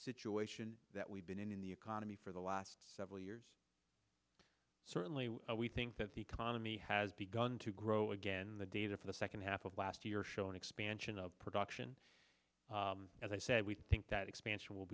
situation that we've been in in the economy for the last several years certainly we think that the economy has begun to grow again the data for the second half of last year show an expansion of production as i said we think that expansion will